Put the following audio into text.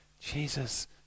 Jesus